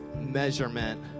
measurement